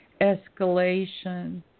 escalation